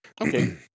Okay